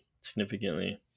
significantly